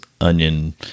onion